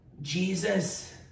Jesus